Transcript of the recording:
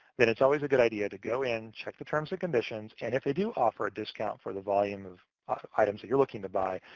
then it's always a good idea to go in, check the terms and conditions, and if they do offer a discount for the volume of items that you're looking to buy,